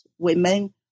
Women